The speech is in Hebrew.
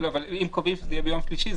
אבל אם קובעים שזה יהיה ביום שלישי,